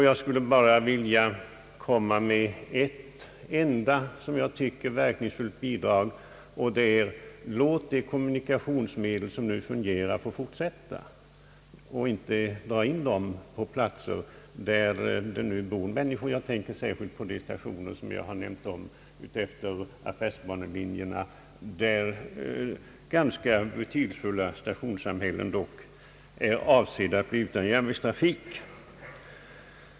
Jag skulle bara vilja ge ett enda råd, som jag tycker har stor betydelse, och det är: Låt de kommunikationsmedel som nu fungerar få fortsätta och dra inte in dem på de platser där det nu bor människor — jag tänker särskilt på de stationer som jag förut nämnt och som ligger utefter affärsbanelinjer, där dock ganska betydelsefulla stationssamhällen är avsedda att bli utan järnvägstrafik!